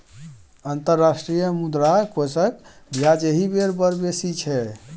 अंतर्राष्ट्रीय मुद्रा कोषक ब्याज एहि बेर बड़ बेसी छै